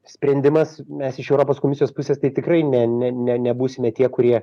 sprendimas mes iš europos komisijos pusės tai tikrai ne ne ne nebūsime tie kurie